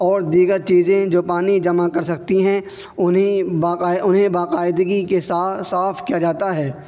اور دیگر چیزیں جو پانی جمع کر سکتی ہیں انہیں انہیں باقاعدگی کے ساتھ صاف کیا جاتا ہے